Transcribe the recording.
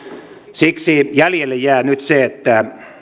siksi jäljelle jää nyt se että